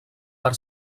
per